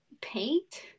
paint